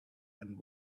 and